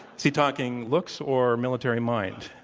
is he talking looks or military mind?